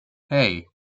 hey